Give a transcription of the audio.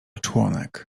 członek